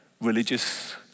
religious